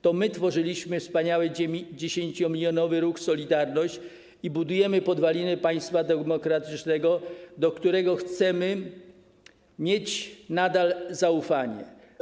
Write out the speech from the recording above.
To my tworzyliśmy wspaniały 10-milionowy ruch ˝Solidarność˝ i budujemy podwaliny państwa demokratycznego, do którego chcemy mieć nadal zaufanie.